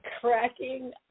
cracking